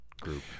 group